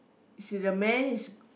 see the man is